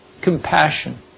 compassion